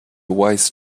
wise